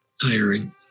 Hiring